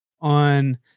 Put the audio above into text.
on